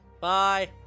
Bye